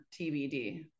TBD